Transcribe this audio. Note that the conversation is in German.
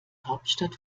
hauptstadt